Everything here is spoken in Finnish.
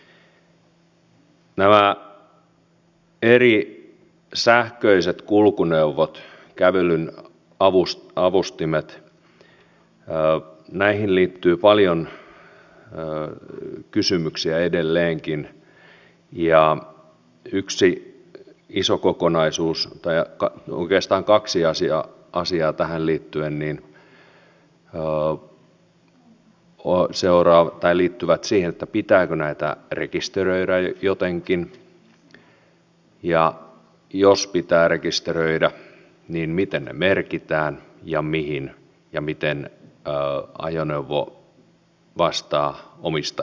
näihin eri sähköisiin kulkuneuvoihin kävelyn avustimiin liittyy paljon kysymyksiä edelleenkin ja yksi iso kokonaisuus tai oikeastaan kaksi asiaa tähän liittyen liittyy siihen pitääkö näitä rekisteröidä jotenkin ja jos pitää rekisteröidä niin miten ne merkitään ja mihin ja miten ajoneuvo vaihtaa omistajaa